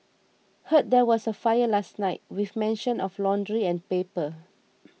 heard there was a fire last night with mention of laundry and paper